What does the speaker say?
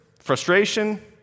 Frustration